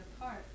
apart